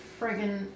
friggin